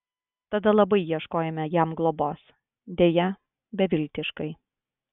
tada labai ieškojome jam globos deja beviltiškai